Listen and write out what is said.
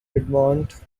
piedmont